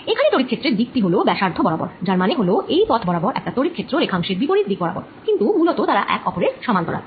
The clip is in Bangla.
এখানে তড়িৎ ক্ষেত্রের দিক টি হল ব্যাসার্ধ বরাবর যার মানে হল এই পথ বরাবর একটা তড়িৎ ক্ষেত্র রেখাংশের বিপরীত দিক বরাবর কিন্তু মূলত তারা একে অপরের সমান্তরাল